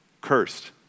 cursed